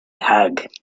hug